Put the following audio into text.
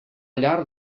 llar